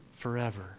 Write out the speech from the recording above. forever